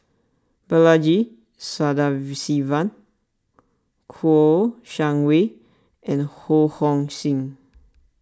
Balaji Sadasivan Kouo Shang Wei and Ho Hong Sing